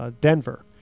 Denver